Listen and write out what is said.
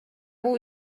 бул